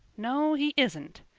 no, he isn't,